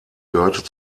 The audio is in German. gehörte